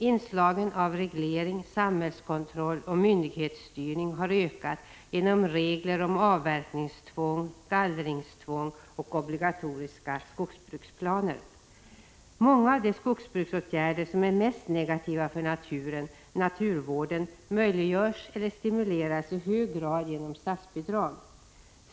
Inslagen av reglering, samhällskontroll och myndighetsstyrning har ökat genom regler om avverkningstvång, gallringstvång och obligatoriska skogsbruksplaner. Många av de skogsbruksåtgärder som är mest negativa för naturvården möjliggörs eller stimuleras i hög grad genom statsbidrag.